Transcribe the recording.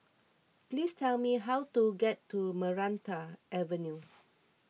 please tell me how to get to Maranta Avenue